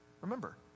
remember